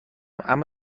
اما